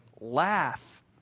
laugh